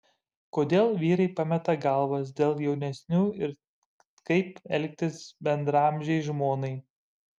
kodėl vyrai pameta galvas dėl jaunesnių ir kaip elgtis bendraamžei žmonai